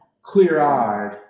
clear-eyed